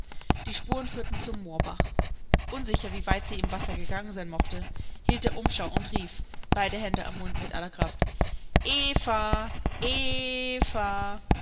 die spuren führten zum moorbach unsicher wie weit sie im wasser gegangen sein mochte hielt er umschau und rief beide hände am mund mit aller kraft